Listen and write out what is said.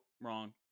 wrong